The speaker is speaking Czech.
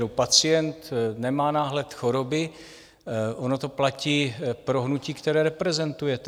Pacient nemá náhled choroby, ono to platí pro hnutí, které reprezentujete.